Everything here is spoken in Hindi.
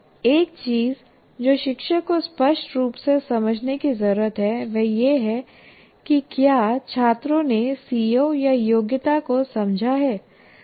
एक चीज जो शिक्षक को स्पष्ट रूप से समझने की जरूरत है वह यह है कि क्या छात्रों ने सीओ या योग्यता को समझा है